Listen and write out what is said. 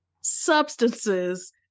substances